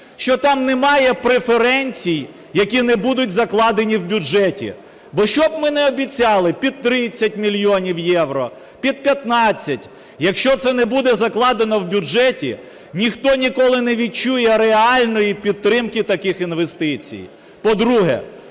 що там немає преференцій, які не будуть закладені в бюджеті. Бо щоб ми не обіцяли, під 30 мільйонів євро, під 15, якщо це не буде закладено в бюджеті, ніхто ніколи не відчує реальної підтримки таких інвестицій. По-друге,